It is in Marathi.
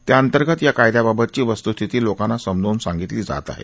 त्याअंतर्गत या कायद्याबाबतची वस्तूस्थिती लोकांना समजावून सांगितली जात आहे